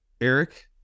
Eric